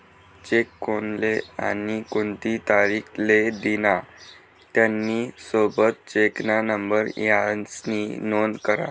check कोनले आणि कोणती तारीख ले दिना, त्यानी सोबत चेकना नंबर यास्नी नोंद करा